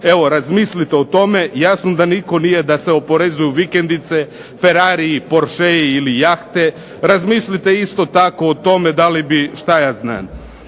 Evo razmislite o tome, jasno da nitko nije, da se oporezuju vikendice, Ferrariji, Porschei, ili jahte, razmislite isto tako da li bi, šta ja znam